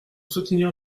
soutenir